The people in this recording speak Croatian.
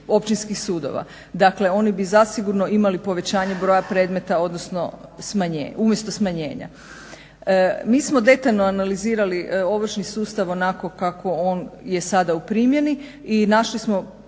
dakle oni bi zasigurno imali povećanje broja predmeta umjesto smanjenja. Mi smo detaljno analizirali ovršni sustav onako kako on je sada u primjeni i našli smo